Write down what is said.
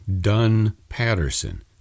Dunn-Patterson